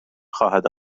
خواهد